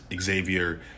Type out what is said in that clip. Xavier